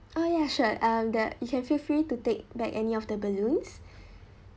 oh ya sure um the you can feel free to take back any of the balloons